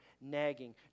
nagging